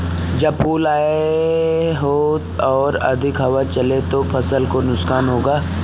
जब फूल आए हों और अधिक हवा चले तो फसल को नुकसान होगा?